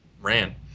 ran